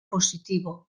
positivo